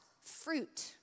fruit